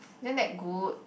isn't that good